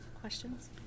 questions